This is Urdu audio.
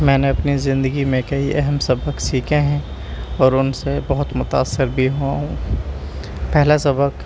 میں نے اپنی زندگی میں کئی اہم سبق سیکھے ہیں اور ان سے بہت متاثر بھی ہوا ہوں پہلا سبق